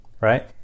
right